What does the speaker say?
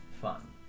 fun